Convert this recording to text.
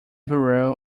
bureau